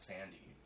Sandy